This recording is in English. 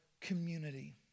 community